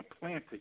planted